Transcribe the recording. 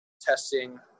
testing